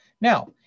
Now